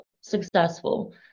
successful